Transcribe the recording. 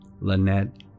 Lynette